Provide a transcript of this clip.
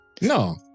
No